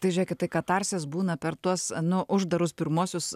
tai žiūrėkit tai katarsis būna per tuos nu uždarus pirmuosius